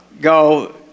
go